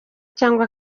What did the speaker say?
cyangwa